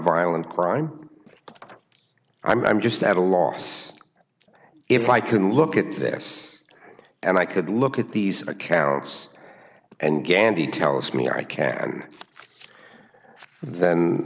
violent crime i'm just at a loss if i can look at this and i could look at these accounts and gandy tells me i can